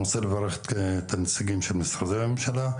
אני רוצה לברך את הנציגים של משרדי הממשלה,